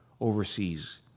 overseas